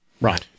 Right